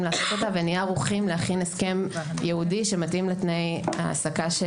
לעשות אותה ונהיה ערוכים להכין הסכם ייעודי שמתאים לתנאי ההעסקה של